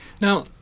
Now